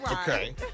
Okay